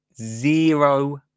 Zero